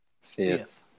Fifth